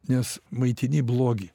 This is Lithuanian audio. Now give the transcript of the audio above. nes maitini blogį